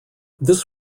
this